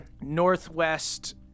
Northwest